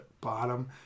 bottom